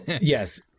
yes